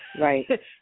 Right